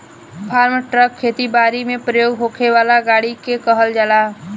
form truck खेती बारी में प्रयोग होखे वाला गाड़ी के कहल जाला